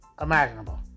imaginable